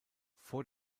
vor